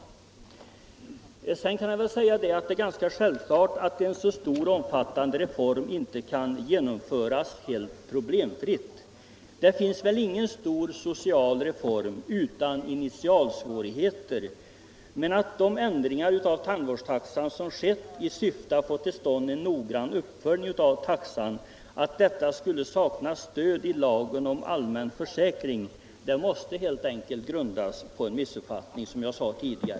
rörande tandvårds Sedan kan jag väl tillägga att det är ganska självklart att en så stor — taxan och omfattande reform inte kan genomföras helt problemfritt. Det har väl inte skett någon stor social reform utan initialsvårigheter, men påståendet att de ändringar i tandvårdstaxan som skett i syfte att få till stånd en noggrann uppföljning av taxan skulle sakna stöd i lagen om allmän försäkring måste helt enkelt, som jag sade tidigare, grundas på en missuppfattning.